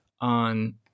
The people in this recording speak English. on